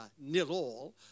nil-all